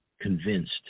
convinced